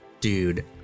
Dude